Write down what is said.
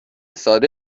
ساده